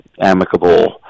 amicable